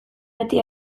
beti